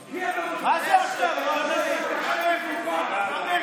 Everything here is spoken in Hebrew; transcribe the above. מה זה עכשיו, אני לא מבין.